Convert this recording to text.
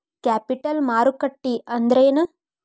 Capital ಮಾರುಕಟ್ಟಿ ಅಂದ್ರೇನ?